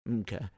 Okay